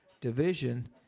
Division